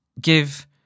give